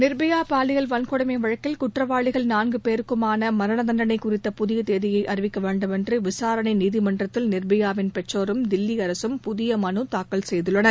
நிர்பயா பாலியல் வன்கொடுமை வழக்கில் குற்றவாளிகள் நான்கு பேருக்குமான மரண தண்டனை குறித்த புதிய தேதியை அறிவிக்க வேண்டுமென்று விசாரணை நீதிமன்றத்தில் நிர்பயாவின் பெற்றோரும் தில்வி அரசும் புதிய மனு தாக்கல் செய்துள்ளனர்